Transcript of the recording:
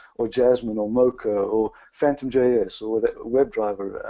or jasmine or mocha or phantom js or web driver.